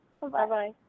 Bye-bye